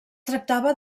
tractava